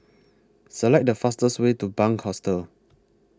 Select The fastest Way to Bunc Hostel